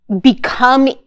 become